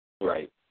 Right